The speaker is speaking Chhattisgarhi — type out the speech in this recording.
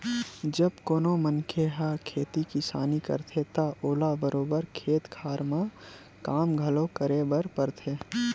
जब कोनो मनखे ह खेती किसानी करथे त ओला बरोबर खेत खार म काम घलो करे बर परथे